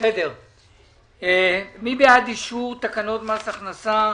מי בעד אישור תקנות מס הכנסה